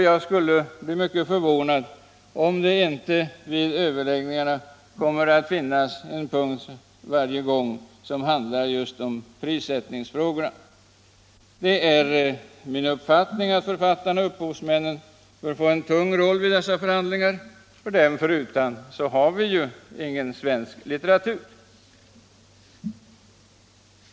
Jag skulle bli mycket förvånad om det inte vid varje sådan överläggning kommer att finnas en punkt som handlar just om prissättningsfrågorna. Det är min uppfattning att författarna-upphovsmännen bör få en tung roll vid dessa förhandlingar. Dem förutan skulle vi ju inte ha någon svensk litteratur.